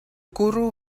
gwrw